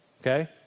Okay